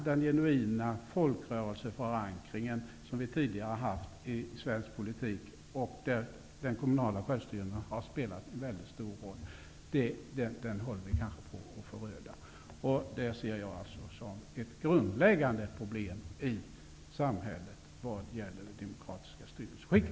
Den genuina folkrörelseförankring som vi tidigare har haft i svensk politik och den kommunala självstyrelsen har spelat en mycket stor roll. Den håller vi kanske på att föröda. Det ser jag som ett grundläggande problem i samhället vad gäller det demokratiska styrelseskicket.